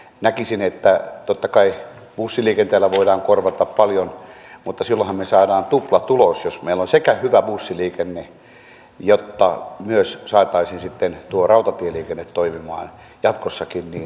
näkisin että totta kai bussiliikenteellä voidaan korvata paljon mutta silloinhan me saamme tuplatuloksen jos meillä sekä on hyvä bussiliikenne että myös saataisiin sitten tuo rautatieliikenne toimimaan jatkossakin